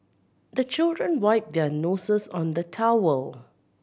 the children wipe their noses on the towel